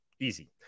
easy